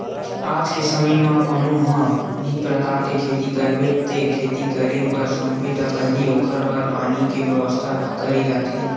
आज के समे म कोनो भी परकार के खेती करबे ते खेती करे के सोचबे त पहिली ओखर बर पानी के बेवस्था करे जाथे